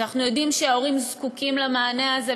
אנחנו יודעים שההורים זקוקים למענה הזה,